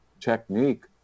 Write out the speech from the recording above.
technique